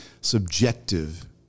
subjective